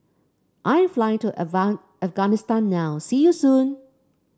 I am flying to Afghanistan now see you soon